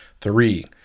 Three